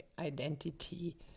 identity